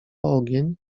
ogień